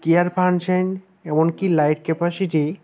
gear punching এমন কি light capacity